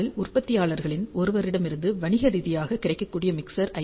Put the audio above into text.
அதில் உற்பத்தியாளர்களில் ஒருவரிடமிருந்து வணிக ரீதியாக கிடைக்கக்கூடிய மிக்சர் ஐ